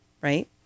right